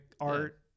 art